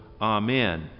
Amen